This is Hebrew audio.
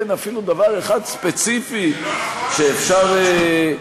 אין אפילו דבר אחד ספציפי, זה לא נכון?